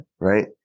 right